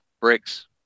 Bricks